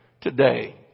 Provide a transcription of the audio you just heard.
today